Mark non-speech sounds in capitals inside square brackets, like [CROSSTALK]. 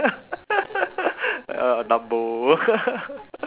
[LAUGHS] uh dumbo [LAUGHS]